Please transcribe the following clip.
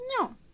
No